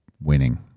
winning